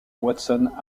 watson